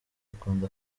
akunda